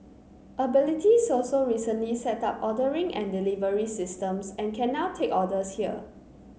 abilities also recently set up ordering and delivery systems and can now take orders here